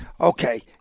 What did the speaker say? okay